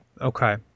okay